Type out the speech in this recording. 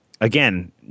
Again